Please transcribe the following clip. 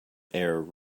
air